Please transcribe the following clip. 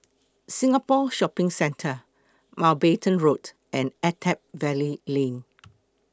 Singapore Shopping Centre Mountbatten Road and Attap Valley Lane